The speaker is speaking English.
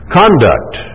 conduct